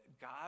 God